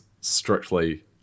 strictly